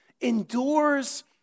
endures